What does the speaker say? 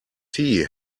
tea